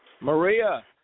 Maria